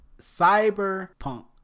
Cyberpunk